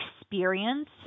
experience